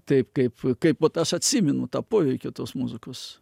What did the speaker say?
taip kaip kaip vat aš atsimenu tą poveikį tos muzikos